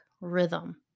rhythm